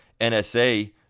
NSA